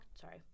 sorry